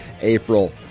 April